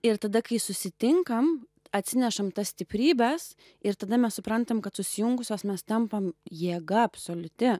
ir tada kai susitinkam atsinešam tas stiprybes ir tada mes suprantam kad susijungusios mes tampam jėga absoliuti